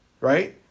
right